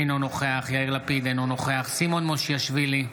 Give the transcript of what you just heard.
אינו נוכח יאיר לפיד, אינו נוכח סימון מושיאשוילי,